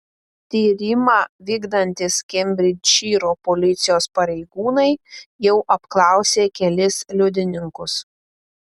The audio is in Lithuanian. tyrimą vykdantys kembridžšyro policijos pareigūnai jau apklausė kelis liudininkus